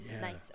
Nice